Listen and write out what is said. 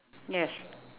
yes